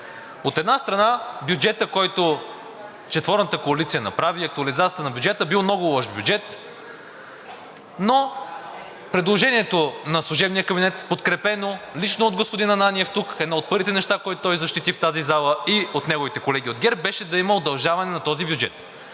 От една страна, бюджетът, който четворната коалиция направи, и актуализацията на бюджета – бил много лош бюджет, но предложението на служебния кабинет, подкрепено лично от господин Ананиев, бе едно от първите неща, които той защити в тази зала, и от неговите колеги от ГЕРБ, беше да има удължаване на този бюджет.